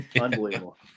unbelievable